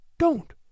Don't